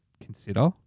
consider